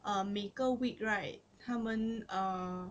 ah 每个 week right 他们 uh